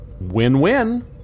Win-win